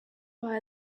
buy